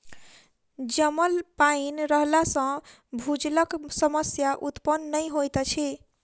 जमल पाइन रहला सॅ भूजलक समस्या उत्पन्न नै होइत अछि